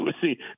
See